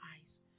eyes